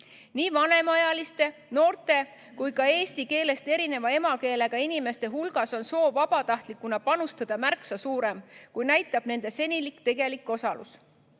Nii vanemaealiste, noorte kui ka eesti keelest erineva emakeelega inimeste hulgas on soov vabatahtlikuna panustada märksa suurem, kui näitab nende senine tegelik osalus.